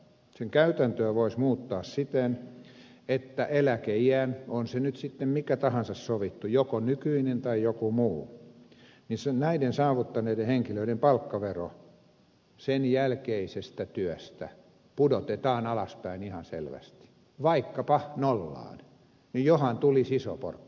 sen käytäntöä voisi muuttaa siten että eläkeiän on se nyt sitten mikä tahansa sovittu joko nykyinen tai joku muu saavuttaneiden henkilöiden palkkavero sen jälkeisestä työstä pudotetaan alaspäin ihan selvästi vaikkapa nollaan niin johan tulisi iso porkkana